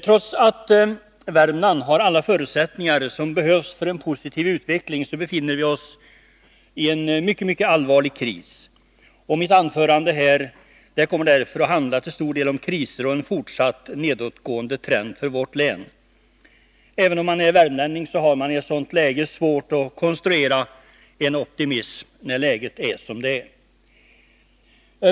Trots att Värmland har alla förutsättningar som behövs för en positiv utveckling, befinner vi oss i en mycket, mycket allvarlig kris. Mitt anförande här kommer därför till stor del att handla om kriser och en fortsatt nedåtgående trend för vårt län. Även om man är värmlänning har man svårt att frammana någon optimism när läget är som det är.